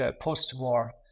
post-war